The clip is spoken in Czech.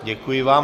Děkuji vám.